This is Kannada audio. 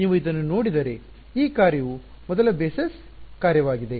ಆದ್ದರಿಂದ ನೀವು ಇದನ್ನು ನೋಡಿದರೆ ಈ ಕಾರ್ಯವು ಮೊದಲ ಆಧಾರ ಬೇಸಸ್ ಕಾರ್ಯವಾಗಿದೆ